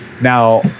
Now